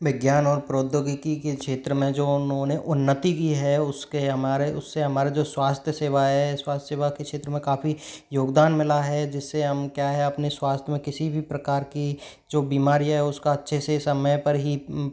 विज्ञान और प्रौद्योगिकी के क्षेत्र में जो उन्होंने उन्नति की है उसके हमारे उससे हमारे जो स्वास्थ्य सेवा है स्वास्थ्य सेवा के क्षेत्र में काफी योगदान मिला है जिससे हम क्या है अपने स्वास्थ्य में किसी भी प्रकार की जो बीमारी है उसका अच्छे से समय पर ही